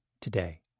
today